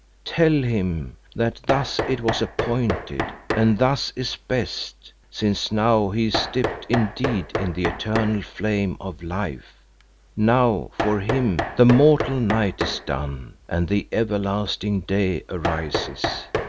tell him that thus it was appointed, and thus is best, since now he is dipped indeed in the eternal flame of life now for him the mortal night is done and the everlasting day arises.